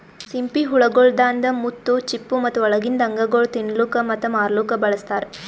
ಸಿಂಪಿ ಹುಳ ಗೊಳ್ದಾಂದ್ ಮುತ್ತು, ಚಿಪ್ಪು ಮತ್ತ ಒಳಗಿಂದ್ ಅಂಗಗೊಳ್ ತಿನ್ನಲುಕ್ ಮತ್ತ ಮಾರ್ಲೂಕ್ ಬಳಸ್ತಾರ್